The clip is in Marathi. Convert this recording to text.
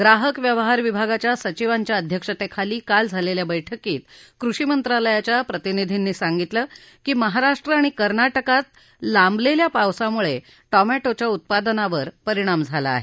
ग्राहक व्यवहार विभागाच्या सचिवांच्या अध्यक्षतेखाली काल झालेल्या बैठकीत कृषी मंत्रालयाच्या प्रतिनिधींनी सांगितलं की महाराष्ट्र आणि कर्नाटकात लांबलेल्या पावसामुळे टोमॅटोच्या उत्पादनावर परिणाम झाला आहे